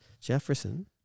Jefferson